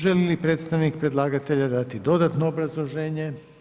Želi li predstavnik predlagatelja dati dodatno obrazloženje?